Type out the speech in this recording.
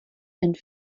and